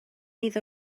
iddo